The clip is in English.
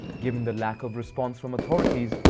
given the lack of response from authorities,